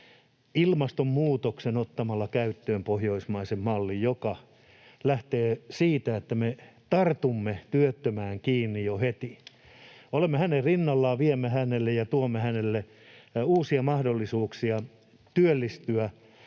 ilmastonmuutoksen ottamalla käyttöön pohjoismaisen mallin, joka lähtee siitä, että me tartumme työttömään kiinni jo heti, olemme hänen rinnallaan, viemme hänelle ja tuomme hänelle uusia mahdollisuuksia työllistyä